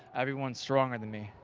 everyone stronger than me.